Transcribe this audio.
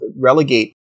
relegate